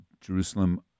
Jerusalem